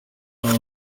aba